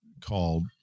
called